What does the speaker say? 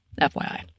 FYI